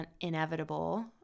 inevitable